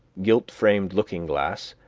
gilt-framed looking-glass,